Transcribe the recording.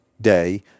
Day